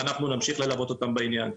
ואנחנו נמשיך ללוות אותם בעניין.